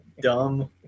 dumb